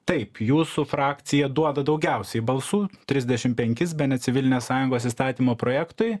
taip jūsų frakcija duoda daugiausiai balsų trisdešim penkis bene civilinės sąjungos įstatymo projektui